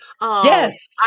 Yes